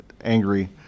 angry